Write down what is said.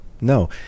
no